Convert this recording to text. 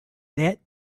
that